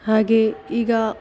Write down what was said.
ಹಾಗೆ ಈಗ